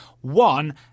One